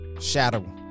shadow